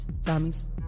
Tommy's